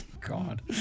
god